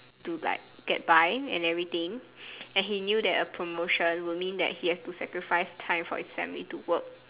to like get by and everything and he knew that a promotion would mean that he has to sacrifice time for his family to work